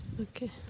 Okay